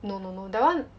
no no no that [one]